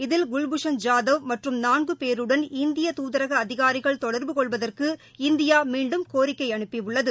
இதில் குல்பூஷன் ஜாதவ் மற்றும் நான்குபேருடன் இந்திய தொடர்பு துதரகஅதிகாரிகள் கொள்வதற்கு இந்தியாமீண்டும் கோரிக்கைஅனுப்பியுள்ளது